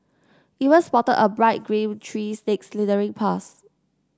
even spotted a bright green tree snake slithering past